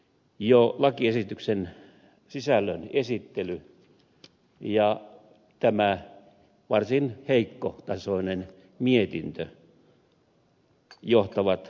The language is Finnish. jo lakiesityksen sisällön esittely ja tämä varsin heikkotasoinen mietintö johtavat harhaan